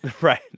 Right